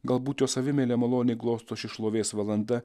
galbūt jo savimeilę maloniai glosto ši šlovės valanda